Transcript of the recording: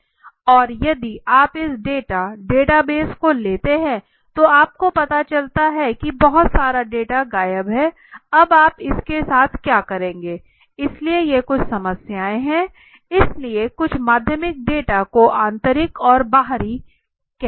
और यदि आप इस डेटा डेटाबेस को लेते हैं तो आप को पता चलता है कि बहुत सारे डेटा गायब हैं अब आप इसके साथ क्या करेंगे इसलिए ये कुछ समस्याएं है इसलिए कुछ माध्यमिक डेटा को आंतरिक और बाहरी कहते हैं